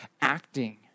acting